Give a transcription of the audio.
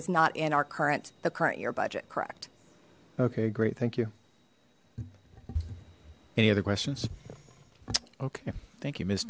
is not in our current the current year budget correct okay great thank you any other questions okay thank you mis